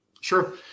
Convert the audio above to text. Sure